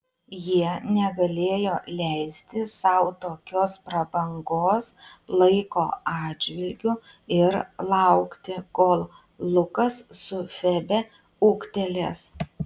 jie negalėjo leisti sau tokios prabangos laiko atžvilgiu ir laukti kol lukas su febe ūgtelės